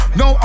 no